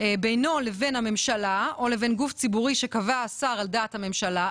בינו לבין הממשלה או לבין גוף ציבורי שקבע השר על דעת הממשלה,